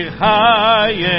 high